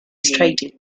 traded